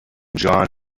john